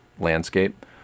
landscape